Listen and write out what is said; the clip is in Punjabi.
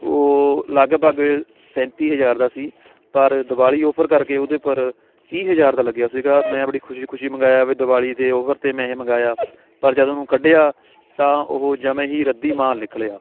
ਉਹ ਲਗਭਗ ਸੈਂਤੀ ਹਜ਼ਾਰ ਦਾ ਸੀ ਪਰ ਦਿਵਾਲੀ ਔਫਰ ਕਰਕੇ ਉਹਦੇ ਪਰ ਤੀਹ ਹਜ਼ਾਰ ਦਾ ਲੱਗਿਆ ਸੀਗਾ ਮੈਂ ਆਪਣੀ ਖੁਸ਼ੀ ਖੁਸ਼ੀ ਮੰਗਵਾਇਆ ਵੀ ਦਿਵਾਲੀ ਦੇ ਔਫਰ 'ਤੇ ਮੈਂ ਇਹ ਮੰਗਵਾਇਆ ਪਰ ਜਦੋਂ ਉਹਨੂੰ ਕੱਢਿਆ ਤਾਂ ਉਹ ਜਮ੍ਹਾ ਹੀ ਰੱਦੀ ਮਾਲ ਨਿਕਲਿਆ